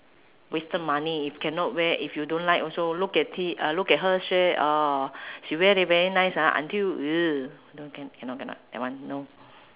wasted money if cannot wear if you don't like also look at it uh look at her sh~ uh she wear until very nice ah until !ee! cannot cannot that one no